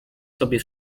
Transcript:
sobie